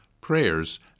prayers